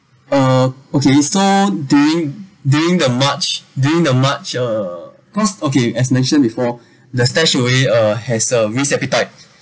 uh okay so during during the march during the march uh cause okay as mentioned before the StashAway uh has a risk appetite